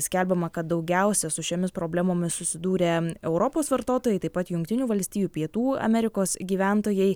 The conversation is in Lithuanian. skelbiama kad daugiausiai su šiomis problemomis susidūrę europos vartotojai taip pat jungtinių valstijų pietų amerikos gyventojai